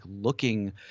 looking